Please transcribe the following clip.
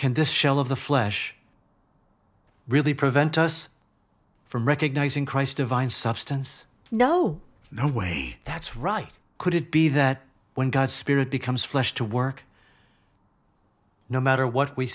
can this shell of the flesh really prevent us from recognizing christ divine substance no no way that's right could it be that when god's spirit becomes flesh to work no matter what we